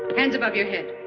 hands above your head.